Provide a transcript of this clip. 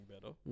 better